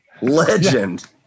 Legend